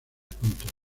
puntos